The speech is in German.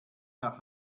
nach